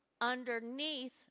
underneath